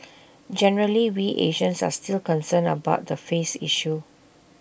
generally we Asians are still concerned about the 'face' issue